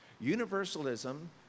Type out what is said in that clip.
Universalism